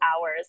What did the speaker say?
hours